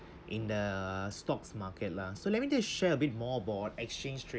in the stocks market lah so let me just share a bit more about exchange traded